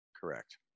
Correct